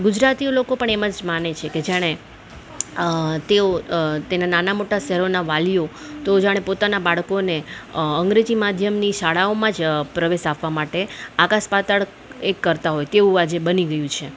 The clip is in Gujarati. ગુજરાતીઓ લોકો પણ એમ જ માને છે કે જાણે તેઓ તેના નાના મોટા શહેરોના વાલીઓ તો જાણે પોતાના બાળકોને અંગ્રેજી માધ્યમની શાળાઓમાં જ પ્રવેશ આપવા માટે આકાશ પાતાળ એક કરતા હોય તેવું આજે બની ગયું છે